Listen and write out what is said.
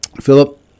philip